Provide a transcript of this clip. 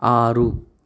ఆరు